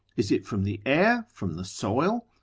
is it from the air, from the soil,